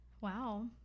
wow